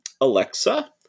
Alexa